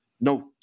no